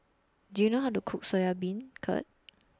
Do YOU know How to Cook Soya Beancurd